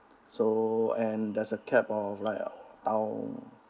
so and there's a cap of like